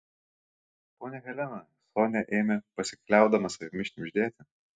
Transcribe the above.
ponia helena sonia ėmė pasikliaudama savimi šnibždėti